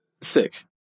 sick